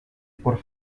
por